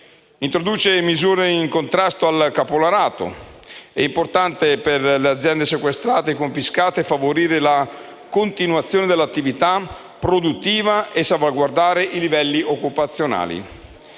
Introduce misure in contrasto al caporalato: è importante per le aziende sequestrate e confiscate favorire la continuazione dell'attività produttiva e salvaguardare i livelli occupazionali.